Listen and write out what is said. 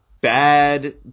bad